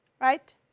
Right